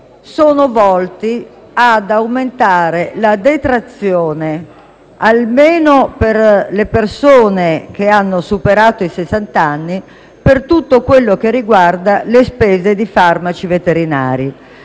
sono volti ad aumentare la detrazione - almeno per le persone che hanno superato i sessant'anni - per tutto ciò che riguarda le spese di farmaci veterinari.